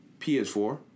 PS4